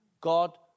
God